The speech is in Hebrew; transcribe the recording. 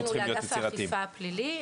אלה המקרים שהגיעו לאגף האכיפה הפלילי.